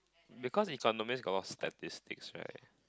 because economists got a lot of statistics right